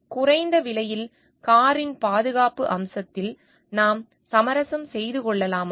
குறைந்த விலையில் காரின் பாதுகாப்பு அம்சத்தில் நாம் சமரசம் செய்து கொள்ளலாமா